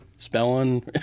Spelling